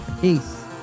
Peace